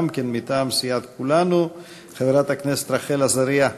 גם כן מטעם סיעת כולנו, חברת הכנסת רחל עזריה.